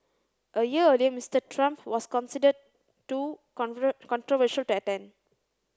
a year earlier Mister Trump was considered too controversial to attend